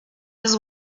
his